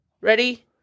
ready